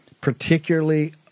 particularly